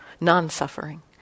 non-suffering